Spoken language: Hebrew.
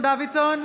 נגד אבי דיכטר,